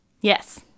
Yes